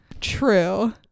True